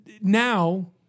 now